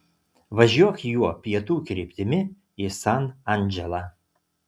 važiuok juo pietų kryptimi į san andželą